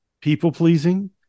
people-pleasing